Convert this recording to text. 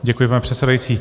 Děkuji, pane předsedající.